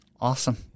Awesome